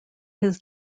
his